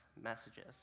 messages